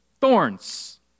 thorns